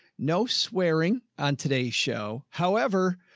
no swearing on today's show. however,